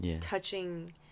touching